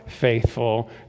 faithful